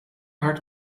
hard